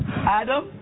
Adam